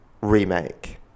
remake